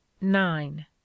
nine